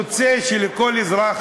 יוצא שלכל אזרח,